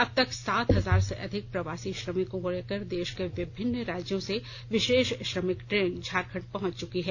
अब तक सात हजार से अधिक प्रवासी श्रमिकों को लेकर देश के विभिन्न राज्यों से विशेष श्रमिक ट्रेन झारखंड पहुंच चुकी हैं